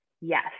yes